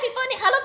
people need hello